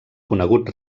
conegut